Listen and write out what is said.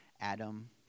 adam